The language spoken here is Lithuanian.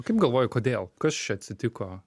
kaip galvoji kodėl kas čia atsitiko